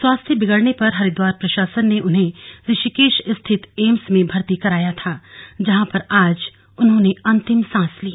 स्वास्थ्य बिगड़ने पर हरिद्वार प्रशासन ने उन्हें ऋषिकेश स्थित एम्स में भर्ती कराया था जहां पर आज उन्होंने अंतिम सांस ली